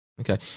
okay